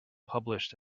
published